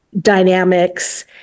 dynamics